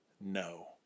No